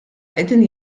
qegħdin